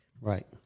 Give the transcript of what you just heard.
right